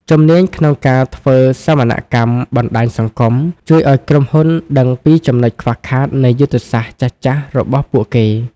ជំនាញក្នុងការធ្វើសវនកម្មបណ្តាញសង្គម ជួយឱ្យក្រុមហ៊ុនដឹងពីចំណុចខ្វះខាតនៃយុទ្ធសាស្ត្រចាស់ៗរបស់ពួកគេ។